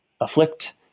afflict